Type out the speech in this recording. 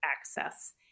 access